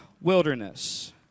wilderness